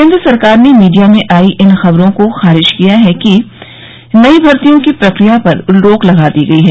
केन्द्र सरकार ने मीडिया में आई इन खबरों को खारिज कर दिया है कि नई भर्तियों की प्रक्रिया पर रोक लगा दी गई है